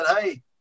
hey